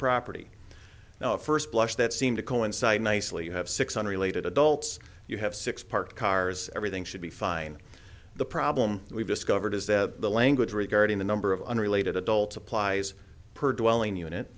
property now at first blush that seemed to coincide nicely you have six unrelated adults you have six parked cars everything should be fine the problem we've discovered is that the language regarding the number of unrelated adults applies per dwelling unit